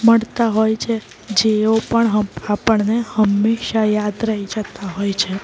મળતા હોય છે જેઓ પણ આપણને હંમેશા યાદ રહી જતા હોય છે